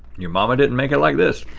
your mama didn't make it like this.